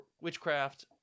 witchcraft